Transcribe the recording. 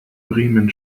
bremen